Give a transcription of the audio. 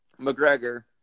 McGregor